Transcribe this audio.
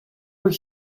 were